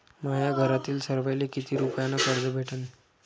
माह्या घरातील सर्वाले किती रुप्यान कर्ज भेटन?